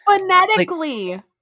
Phonetically